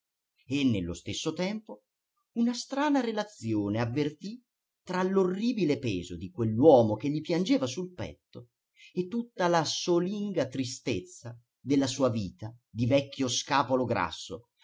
e nello stesso tempo una strana relazione avvertì tra l'orribile peso di quell'uomo che gli piangeva sul petto e tutta la solinga tristezza della sua vita di vecchio scapolo grasso